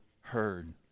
heard